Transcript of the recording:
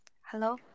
Hello